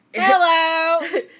Hello